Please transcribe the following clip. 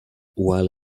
while